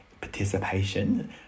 participation